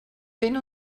fent